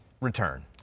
return